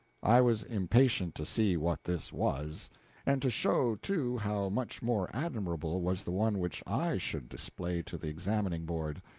i was impatient to see what this was and to show, too, how much more admirable was the one which i should display to the examining board.